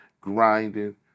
grinding